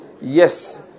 Yes